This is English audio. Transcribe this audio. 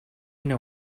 know